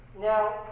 Now